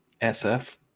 SF